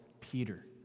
Peter